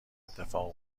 اتفاق